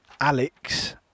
Alex